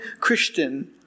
Christian